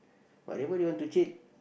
whatever they want to cheat